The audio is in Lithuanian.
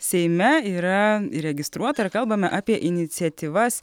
seime yra įregistruota ir kalbame apie iniciatyvas